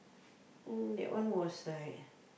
mm that one was like